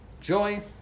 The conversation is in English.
joy